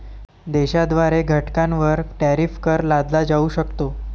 देशाद्वारे घटकांवर टॅरिफ कर लादला जाऊ शकतो